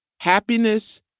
Happiness